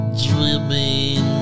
dreaming